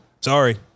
Sorry